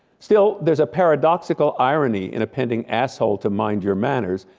still there's a paradoxical irony in appending asshole to mind your manners.